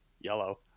yellow